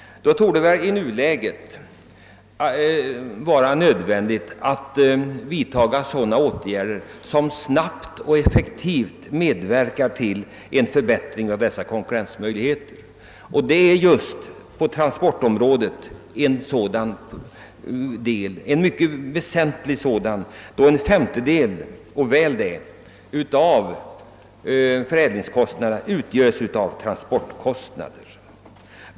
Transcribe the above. Därför torde det i nuläget vara nödvändigt att vidta sådana åtgärder som snabbt och effektivt medverkar till en förbättring av dessa konkurrensmöjligheter. Transportområdet är härvidlag mycket betydelsefullt, ef tersom väl en femtedel av förädlingskostnaderna utgöres just av transportkostnader.